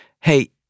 Hey